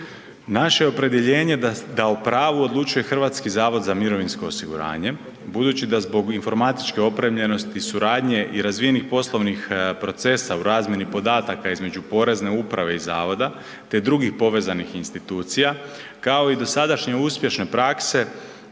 Naše opredjeljenje da o pravu odlučuje HZMO, budući da zbog informatičke opremljenosti, suradnje i razvijenih poslovnih procesa u razmjeni podataka između Porezne uprave i zavoda te drugih povezanih institucija, kao i dosadašnje uspješne prakse